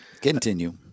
Continue